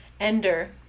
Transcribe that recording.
Ender